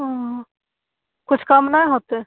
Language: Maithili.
ओ किछु कम नहि होयतै